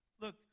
Look